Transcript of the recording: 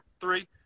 three